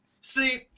See